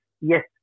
yes